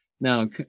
now